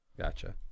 gotcha